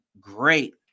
great